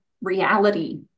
reality